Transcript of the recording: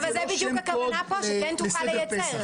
זאת בדיוק הכוונה כאן, שכן תוכל לייצר.